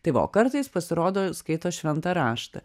tai va o kartais pasirodo skaito šventą raštą